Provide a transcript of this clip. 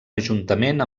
ajuntament